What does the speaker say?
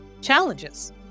challenges